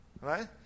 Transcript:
Right